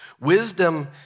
wisdom